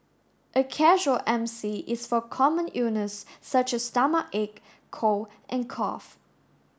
a casual M C is for common illness such as stomachache cold and cough